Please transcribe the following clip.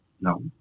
No